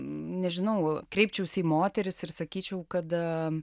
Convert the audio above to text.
nežinau kreipčiausi į moteris ir sakyčiau kada